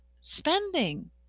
spending